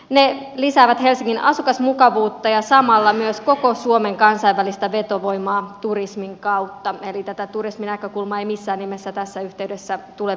ne lisäävät helsingin asukasmukavuutta ja samalla myös koko suomen kansainvälistä vetovoimaa turismin kautta eli tätä turisminäkökulmaa ei missään nimessä tässä yhteydessä tule vähätellä